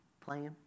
playing